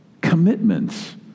commitments